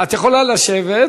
את יכולה לשבת,